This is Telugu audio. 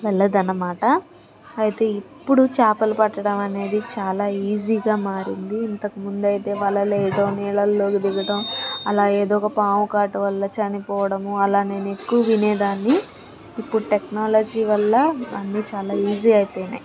వెళ్ళదన్నమాట అయితే ఇప్పుడు చేపలు పట్టడం అనేది చాలా ఈజీగా మారింది ఇంతకు ముందైతే వలలు వెయ్యడం నీళ్ళలోకి దిగడం అలా ఏదో ఒక పాము కాటు వల్ల చనిపోవడము అలా నేను ఎక్కువ వినేదాన్ని ఇప్పుడు టెక్నాలజీ వల్ల అన్నీ చాలా ఈజీ అయిపోయినాయి